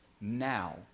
now